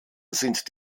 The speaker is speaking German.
sind